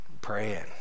praying